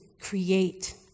create